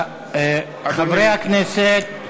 חברי הכנסת.